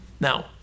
Now